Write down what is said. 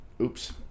Oops